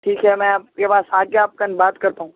ٹھیک ہے میں آپ کے پاس آکے آپ کن بات کرتا ہوں